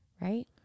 Right